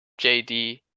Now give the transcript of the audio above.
jd